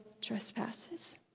trespasses